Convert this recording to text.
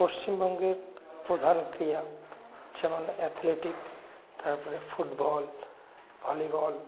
পশ্চিমবঙ্গের প্রধান ক্রীড়া যেমন অ্যাথলেটিকস তার পরে ফুটবল ভলিবল